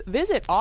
visit